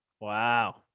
Wow